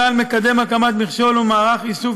צה"ל מקדם הקמת מכשול ומערך איסוף